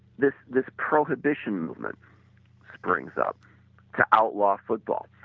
this this prohibition movement springs up to outlaw football.